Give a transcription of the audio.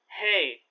Hey